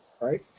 right